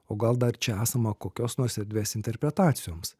o gal dar čia esama kokios nors erdvės interpretacijoms